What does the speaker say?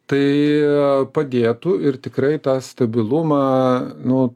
tai padėtų ir tikrai tą stabilumą nu